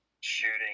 shooting